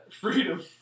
freedom